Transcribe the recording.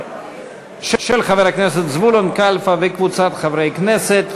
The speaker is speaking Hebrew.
של חבר הכנסת זבולון כלפה וקבוצת חברי הכנסת.